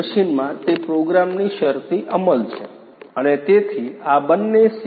મશીનમાં તે પ્રોગ્રામની શરતી અમલ છે અને તેથી આ બંને સી